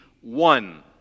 one